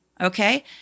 okay